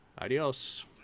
Adios